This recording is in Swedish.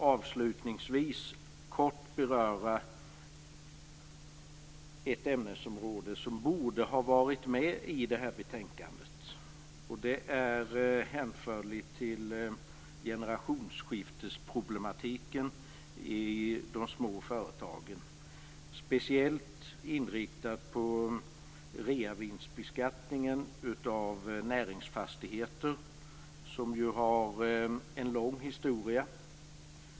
Avslutningsvis vill jag kortfattat beröra ett ämnesområde som borde ha varit med i det här betänkandet. Det är hänförligt till generationsskiftesproblematiken i de små företagen. Det är speciellt inriktat på reavinstbeskattningen av näringsfastigheter, som ju har en lång historia.